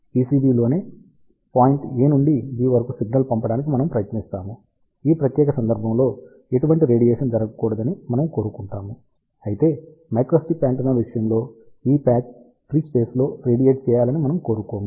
పిసిబిలోనే point a నుండి b వరకు signal పంపడానికి మనము ప్రయత్నిస్తాము ఆ ప్రత్యేక సందర్భంలో ఎటువంటి రేడియేషన్ జరగకూడదని మనము కోరుకుంటున్నాము అయితే మైక్రోస్ట్రిప్ యాంటెన్నా విషయంలో ఈ ప్యాచ్ ఫ్రీ స్పేస్ లో రేడియేట్ చేయాలని మనము కోరుకుంటున్నాము